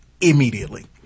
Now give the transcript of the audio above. immediately